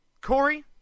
Corey